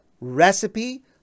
recipe